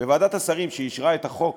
בוועדת השרים שאישרה את החוק